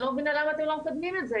אני לא מבינה למה אתם לא מקדמים את זה.